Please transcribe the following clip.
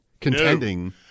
contending